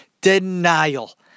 denial